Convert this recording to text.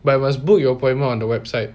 but you must book your appointment on the website